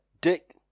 dick